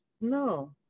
No